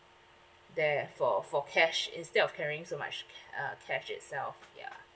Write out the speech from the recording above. there for for cash instead of carrying so much uh cash itself ya